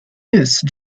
use